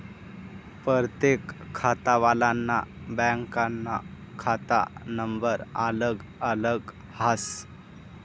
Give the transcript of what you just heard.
परतेक खातावालानं बँकनं खाता नंबर अलग अलग हास